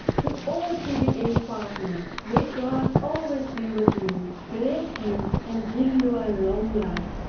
to all cbn partners, may god always be with you, bless you, and give you a long life.